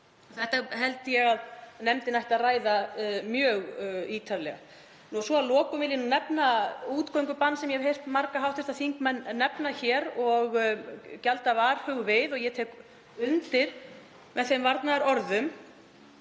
Þetta held ég að nefndin ætti að ræða mjög ítarlega. Svo að lokum vil ég nefna útgöngubann sem ég hef heyrt marga hv. þingmenn nefna hér og gjalda varhuga við og ég tek undir þau varnaðarorð.